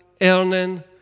earning